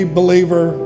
believer